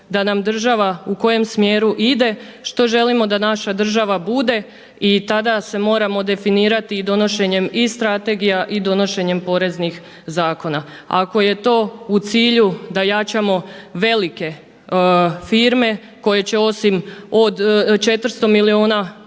da nam država u kojem smjeru ide, što želimo da naša država bude i tada se moramo definirati i donošenjem i strategija i donošenjem poreznih zakona. Ako je to u cilju da jačamo velike firme koje će osim od 400 milijuna kuna